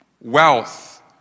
wealth